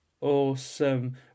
Awesome